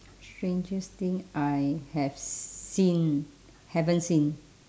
strangest thing I have seen haven't seen